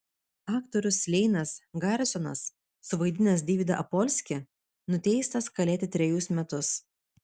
aktorius leinas garisonas suvaidinęs deividą apolskį nuteistas kalėti trejus metus